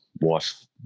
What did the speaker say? Wife